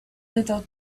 little